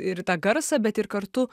ir tą garsą bet ir kartu